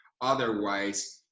otherwise